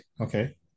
okay